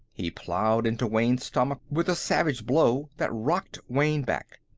he ploughed into wayne's stomach with a savage blow that rocked wayne back.